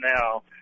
now